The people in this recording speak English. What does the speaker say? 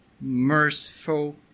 merciful